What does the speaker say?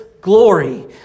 glory